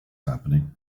happening